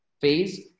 phase